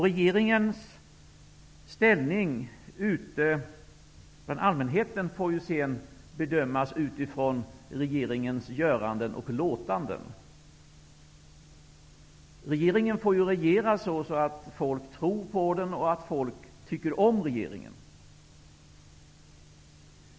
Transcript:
Regeringens ställning hos allmänheten får sedan bedömas utifrån regeringens göranden och låtanden. Regeringen får regera på ett sådant sätt att folk tror på den och tycker om regeringen.